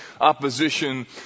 opposition